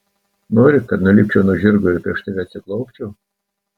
nori kad nulipčiau nuo žirgo ir prieš tave atsiklaupčiau